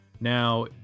Now